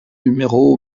numéro